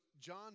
John